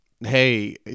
hey